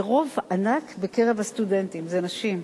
ורוב ענק בקרב הסטודנטים הן נשים.